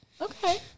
okay